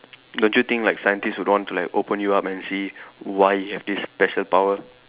don't you think like scientists would want to like open you up and see why you have this special power